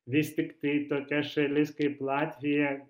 vis tiktai tokia šalis kaip latvija